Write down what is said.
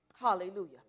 Hallelujah